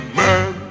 man